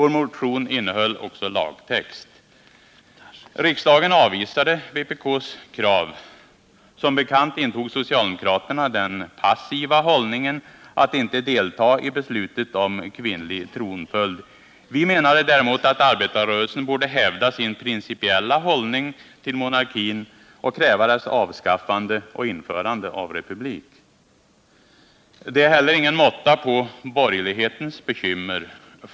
Vår motion innehöll också lagtext. Riksdagen avvisade vpk:s krav. Som bekant intog socialdemokraterna den passiva hållningen att inte delta i beslutet om kvinnlig tronföljd. Vi däremot menade att arbetarrörelsen borde hävda sin principiella hållning till monarkin och kräva dess avskaffande och införande av republik. Det är inte heller någon måtta på borgerlighetens bekymmer.